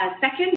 Second